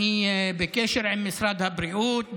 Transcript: אני בקשר עם משרד הבריאות,